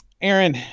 Aaron